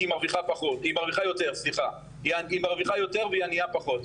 כי היא מרוויחה יותר, והיא ענייה פחות.